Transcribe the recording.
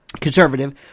conservative